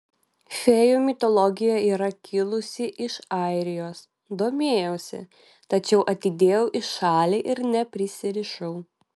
fėjų mitologija yra kilusi iš airijos domėjausi tačiau atidėjau į šalį ir neprisirišau